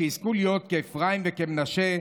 שיזכו להיות כאפרים וכמנשה,